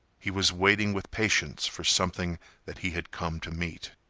he was waiting with patience for something that he had come to meet.